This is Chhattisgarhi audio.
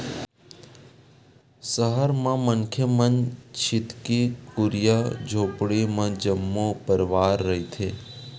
सहर म मनखे मन छितकी कुरिया झोपड़ी म जम्मो परवार रहिथे